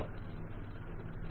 okay